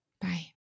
Bye